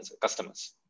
customers